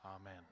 Amen